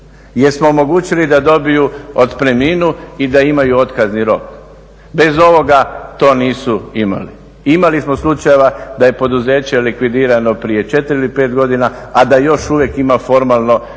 smo omogućili da dobiju otpremninu i da imaju otkazni rok, bez ovoga to nisu imali. Imali smo slučajeva da je poduzeće likvidirano prije 4 ili 5 godina, a da još uvijek ima formalno zaposlenih